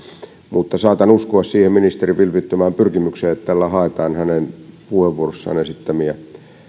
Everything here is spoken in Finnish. mutta saatan uskoa siihen ministerin vilpittömään pyrkimykseen että tällä haetaan hänen puheenvuorossaan esittämiä